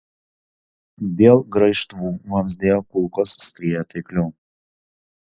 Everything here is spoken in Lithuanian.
dėl graižtvų vamzdyje kulkos skriejo taikliau